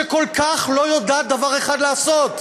שכל כך לא יודעת דבר אחד לעשות,